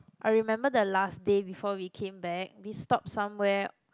I remember the last day before we came back we stopped somewhere